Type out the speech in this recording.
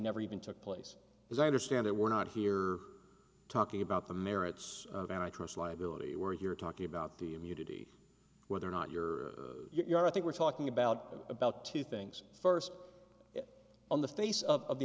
never even took place as i understand it we're not here talking about the merits of an actress liability where you're talking about the immunity whether or not you're you're i think we're talking about about two things first on the face of the